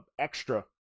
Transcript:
extra